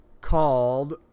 called